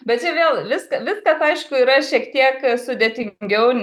bet čia vėl viską viskas aišku yra šiek tiek sudėtingiau